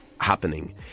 happening